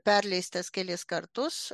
perleistas kelis kartus